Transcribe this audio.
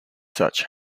such